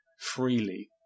freely